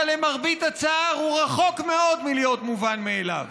אבל למרבה הצער הוא רחוק מאוד מלהיות מובן מאליו.